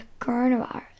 coronavirus